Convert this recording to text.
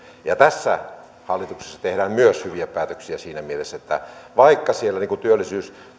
tässä hallituksessa tehdään myös hyviä päätöksiä siinä mielessä että vaikka siellä työllisyys